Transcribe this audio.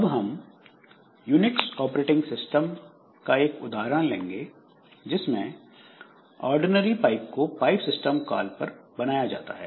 अब हम Unix operating system का एक उदाहरण लेंगे जिसमें ऑर्डिनरी पाइप को पाइप सिस्टम कॉल कर बनाया जाता है